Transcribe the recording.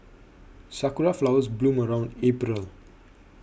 sakura flowers bloom around April